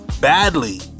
badly